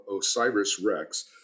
OSIRIS-REx